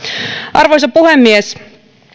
arvoisa puhemies